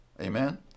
Amen